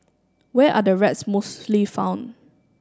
where are the rats mostly found